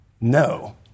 no